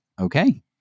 Okay